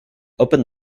open